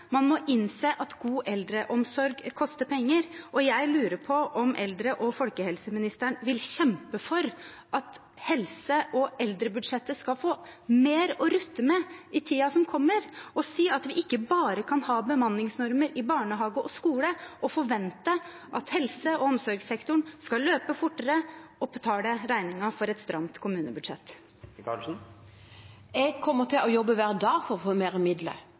man må innse at god eldreomsorg koster penger. Jeg lurer på om eldre- og folkehelseministeren vil kjempe for at helse- og eldrebudsjettet skal få mer å rutte med i tiden som kommer, og si at vi ikke bare kan ha bemanningsnormer i barnehage og skole og forvente at helse- og omsorgssektoren skal løpe fortere og betale regningen for et stramt kommunebudsjett. Jeg kommer til å jobbe hver dag for å få flere midler,